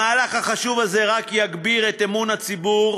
המהלך החשוב הזה רק יגביר את אמון הציבור